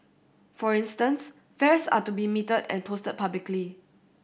for instance fares are to be metered and posted publicly